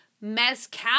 Mezcal